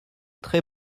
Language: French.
très